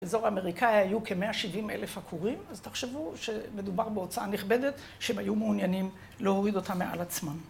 באזור האמריקאי היו כמאה שבעים אלף עקורים, אז תחשבו שמדובר בהוצאה נכבדת שהם היו מעוניינים להוריד אותה מעל עצמם.